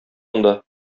анда